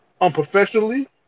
unprofessionally